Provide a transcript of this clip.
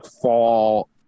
fall